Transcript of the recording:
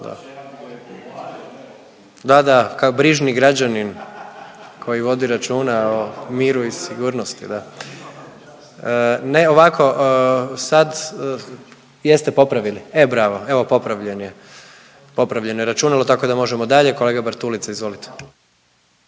Da, da kao brižni građanin koji vodi računa o miru i sigurnosti, da. Ne ovako, sad, jeste popravili, e bravo, e popravljen je, popravljeno je računalo tako da možemo dalje. Kolega Bartulica, izvolite.